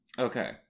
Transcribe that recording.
Okay